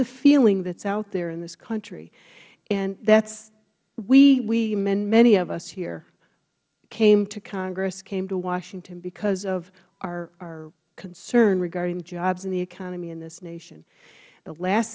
the feeling that is out there in this country and that is we many of us here came to congress came to washington because of our concern regarding jobs in the economy in this nation the last